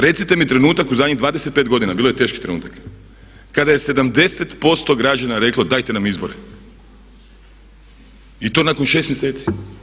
Recite mi trenutak u zadnjih 25 godina, bilo je teških trenutaka kada je 70% građana reklo dajte nam izbore i to nakon 6 mjeseci.